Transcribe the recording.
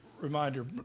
Reminder